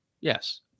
Yes